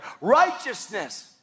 Righteousness